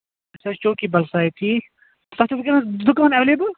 اَچھا چوکی بَل سایڈ ٹھیٖک تۄہہِ چھُو ؤنکٮ۪نس دُکان ایٚویلیبٔل